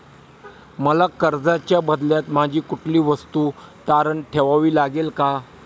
मला कर्जाच्या बदल्यात माझी कुठली वस्तू तारण ठेवावी लागेल का?